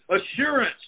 assurance